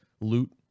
loot